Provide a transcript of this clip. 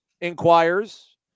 inquires